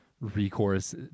recourse